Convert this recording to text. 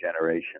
generation